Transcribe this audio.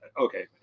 okay